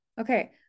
Okay